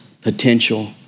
potential